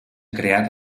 creat